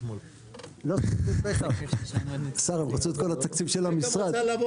הם רצו את כל התקציב של המשרד.